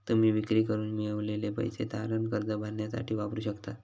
तुम्ही विक्री करून मिळवलेले पैसे तारण कर्ज भरण्यासाठी वापरू शकतास